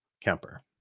Kemper